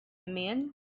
men